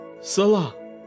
Salah